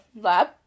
lab